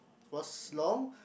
was long